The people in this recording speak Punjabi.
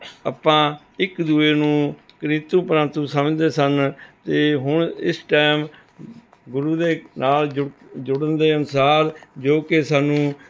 ਆਪਾਂ ਇੱਕ ਦੂਜੇ ਨੂੰ ਕ੍ਰਿੰਤੂ ਪ੍ਰੰਤੂ ਸਮਝਦੇ ਸਨ ਅਤੇ ਹੁਣ ਇਸ ਟਾਇਮ ਗੁਰੂ ਦੇ ਨਾਲ ਜੁੜ ਜੁੜਨ ਦੇ ਅਨੁਸਾਰ ਜੋ ਕਿ ਸਾਨੂੰ